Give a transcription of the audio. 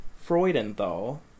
Freudenthal